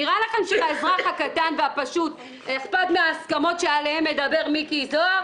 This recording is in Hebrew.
נראה לכם שלאזרח הקטן והפשוט אכפת מההסכמות שעליהן מדבר מיקי זוהר?